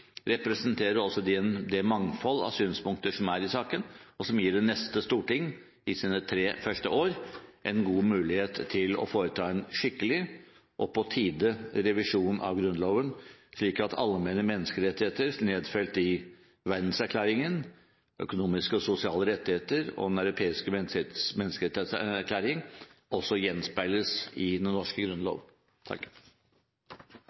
representerer det mangfold av synspunkter som er i saken, og som gir det neste storting – i dets tre første år – en god mulighet til å foreta en skikkelig og på tide revisjon av Grunnloven slik at allmenne menneskerettigheter nedfelt i Verdenserklæringen – økonomiske og sosiale rettigheter – og Den europeiske menneskerettskonvensjonen også gjenspeiles i den norske